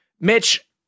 Mitch